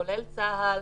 כולל צה"ל,